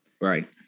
Right